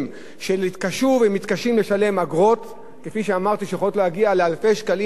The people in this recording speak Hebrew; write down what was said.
שכפי שאמרתי יכולות להגיע לאלפי שקלים על הזנקה אחת או מקרה אחד,